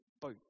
boat